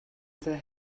цай